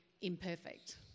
imperfect